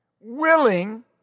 willing